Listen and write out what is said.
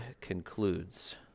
concludes